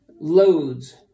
loads